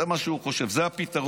זה מה שהוא חושב, זה הפתרון.